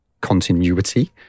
continuity